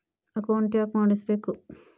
Account ಯಾಕ್ ಮಾಡಿಸಬೇಕು?